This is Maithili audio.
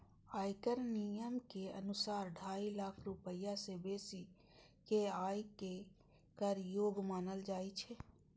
आयकर नियम के अनुसार, ढाई लाख रुपैया सं बेसी के आय कें कर योग्य मानल जाइ छै